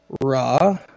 Raw